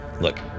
Look